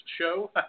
show